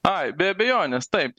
ai be abejonės taip